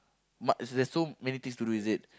ma~ there's so many things to do is it